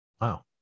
Wow